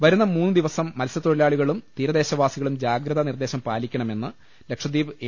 വരുന്ന മൂന്നുദിവസ്ം മത്സ്യതൊഴിലാളികളും തീരദേശവാ സികളും ജാഗ്രതാനിർദ്ദേശം പാലിക്കണമെന്ന് ലക്ഷദ്വീപ് എ